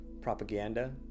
Propaganda